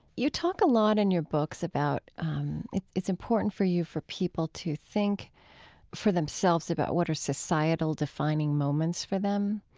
you talk a lot in your books about it's important for you for people to think for themselves about what are societal defining moments for them,